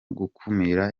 gukumira